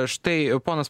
štai ponas